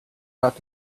out